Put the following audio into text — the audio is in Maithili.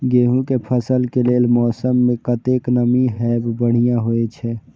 गेंहू के फसल के लेल मौसम में कतेक नमी हैब बढ़िया होए छै?